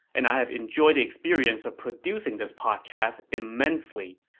and i have enjoyed the experience of producing this podcast immensely,